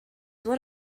what